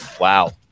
Wow